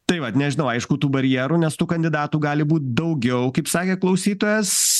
tai vat nežinau aišku tų barjerų nes tų kandidatų gali būt daugiau kaip sakė klausytojas